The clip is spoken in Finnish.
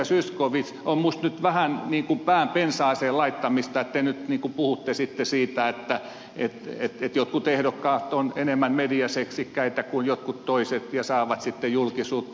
zyskowicz on minusta nyt vähän ikään kuin pään pensaaseen laittamista että te nyt puhutte sitten siitä että jotkut ehdokkaat ovat enemmän mediaseksikkäitä kuin jotkut toiset ja saavat sitten julkisuutta